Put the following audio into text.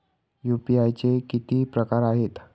UPI चे किती प्रकार आहेत?